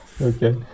Okay